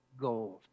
gold